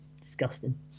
Disgusting